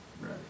Right